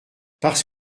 parce